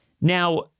Now